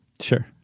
Sure